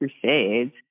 crusades